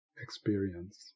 experience